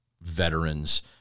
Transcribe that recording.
veterans